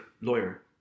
Lawyer